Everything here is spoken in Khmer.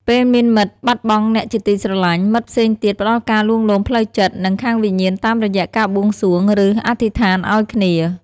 ពេលមានមិត្តបាត់បង់អ្នកជាទីស្រឡាញ់ មិត្តផ្សេងទៀតផ្តល់ការលួងលោមផ្លូវចិត្ត និងខាងវិញ្ញាណតាមរយៈការបួងសួង ឬ អធិស្ឋានឱ្យគ្នា។។